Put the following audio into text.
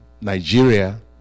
Nigeria